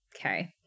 Okay